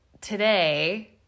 today